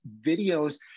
videos